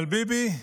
אבל ביבי,